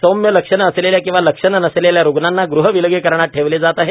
सौम्य लक्षणे असलेल्या किंवा लक्षणे नसलेल्या रुग्णांना गृह विलगीकरणात ठेवले जात आहे